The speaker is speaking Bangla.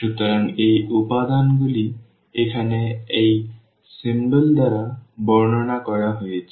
সুতরাং এই উপাদানগুলি এখানে এই প্রতীক দ্বারা বিবর্ণ করা হয়েছে